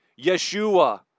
Yeshua